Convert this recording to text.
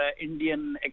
Indian